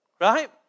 Right